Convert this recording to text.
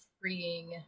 freeing